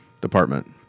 department